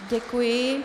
Děkuji.